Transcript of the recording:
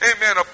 Amen